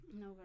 no